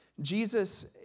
Jesus